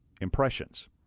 impressions